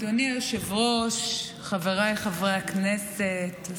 אדוני היושב-ראש, חבריי חברי הכנסת,